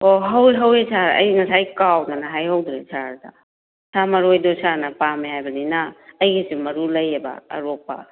ꯑꯣ ꯍꯧꯋꯦ ꯍꯧꯋꯦ ꯁꯥꯔ ꯑꯩ ꯉꯁꯥꯏ ꯀꯥꯎꯗꯅ ꯍꯥꯏꯍꯧꯗ꯭ꯔꯦ ꯁꯥꯔꯗ ꯁꯥ ꯃꯔꯣꯏꯗꯣ ꯁꯥꯔꯅ ꯄꯥꯝꯃꯦ ꯍꯥꯏꯕꯅꯤꯅ ꯑꯩꯒꯤꯁꯨ ꯃꯔꯨ ꯂꯩꯌꯦꯕ ꯑꯔꯣꯛꯄ